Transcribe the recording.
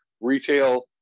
Retail